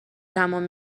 تموم